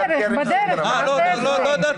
--- אה, לא ידעתי.